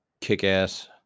kick-ass